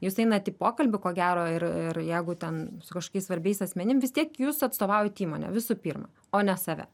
jūs einat į pokalbį ko gero ir ir jeigu ten su kažkokiais svarbiais asmenim vis tiek jūs atstovaujat įmonę visų pirma o ne save